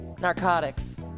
Narcotics